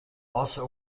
also